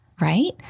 right